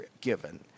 given